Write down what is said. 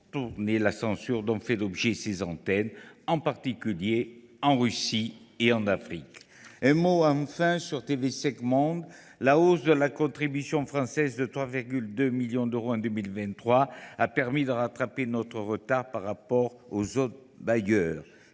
la censure dont font l’objet certaines de ses antennes, en particulier en Russie et en Afrique. Je dirai enfin un mot sur TV5 Monde. La hausse de la contribution française de 3,2 millions d’euros en 2023 a permis de rattraper notre retard par rapport aux autres bailleurs.